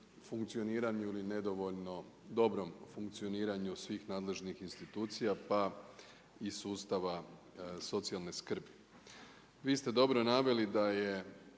funkcioniranju ili nedovoljno dobrom funkcioniranju svih nadležnih institucija pa i sustava socijalne skrbi. Vi ste dobro naveli da je